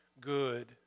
good